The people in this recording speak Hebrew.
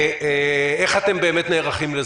איך אתם נערכים לזה?